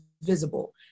visible